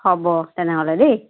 হ'ব তেনেহ'লে দেই